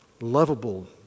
lovable